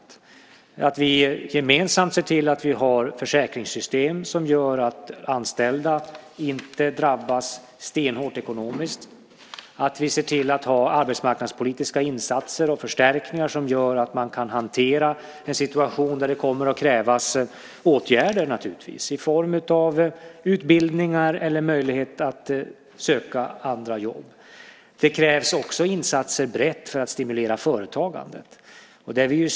Det krävs att vi gemensamt ser till att vi har försäkringssystem som gör att anställda inte drabbas stenhårt ekonomiskt, att vi ser till att ha arbetsmarknadspolitiska insatser och förstärkningar som gör att man kan hantera en situation där det kommer att krävas åtgärder i form av utbildningar eller möjlighet att söka andra jobb. Det krävs också insatser brett för att stimulera företagandet.